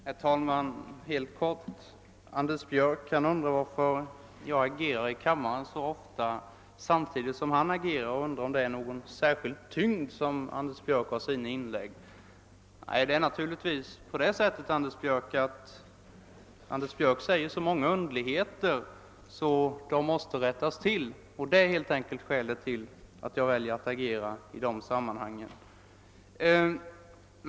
Herr talman! Jag vill helt kort replikera Anders Björck. Anders Björck undrar varför jag så ofta agerar i kammaren samtidigt som han — han frågade sig om det beror på att hans inlägg har särskild tyngd. Det är naturligtvis på det sättet att Anders Björck säger så många underligheter som måste rättas till; det är helt enkelt därför jag väljer att agera i detta sammanhang.